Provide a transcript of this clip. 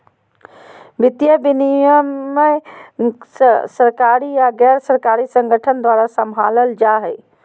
वित्तीय विनियमन सरकारी या गैर सरकारी संगठन द्वारा सम्भालल जा हय